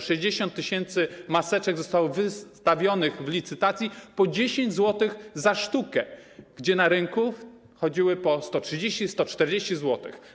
60 tys. maseczek zostało wystawionych na licytacji po 10 zł za sztukę, gdy na rynku chodziły po 130, 140 zł.